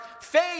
faith